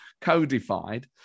codified